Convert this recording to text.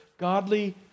godly